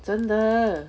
真的